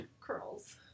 curls